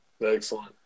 Excellent